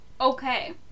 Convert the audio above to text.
okay